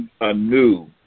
anew